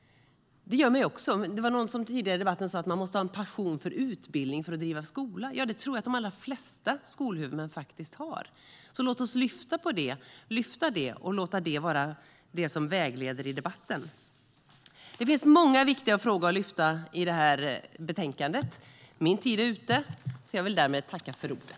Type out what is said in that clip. Det var någon som tidigare i debatten sa att man måste ha en passion för utbildning för att driva skola. Det tror jag att de allra flesta skolhuvudmän faktiskt har, så låt oss lyfta upp det och låta det vara vägledande för debatten. Det finns många viktiga frågor i det här betänkandet. Min tid är ute, så jag vill tacka för ordet.